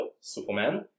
Superman